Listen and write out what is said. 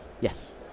Yes